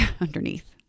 underneath